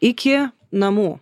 iki namų